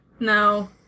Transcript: No